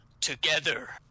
Together